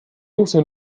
also